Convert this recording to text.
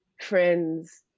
Friends